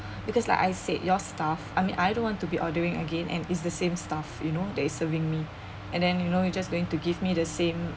because like I said your staff I mean I don't want to be ordering again and it's the same staff you know that is serving me and then you know you just going to give me the same